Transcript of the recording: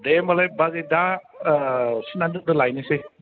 दे होमबालाय बाजै दा सुनानै दोनदो लायनोसै